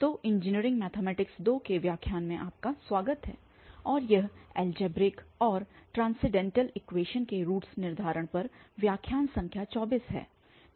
तो engineering mathematics II के व्याख्यान में आपका स्वागत है और यह एलजेब्रिक और ट्रान्सेंडैंटल इक्वेशनस के रूट्स निर्धारण पर व्याख्यान संख्या 24 है